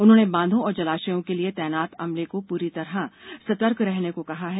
उन्होंने बांधों और जलाशयों के लिए तैनात अमले को पूरी रतह सतर्क रहने को कहा है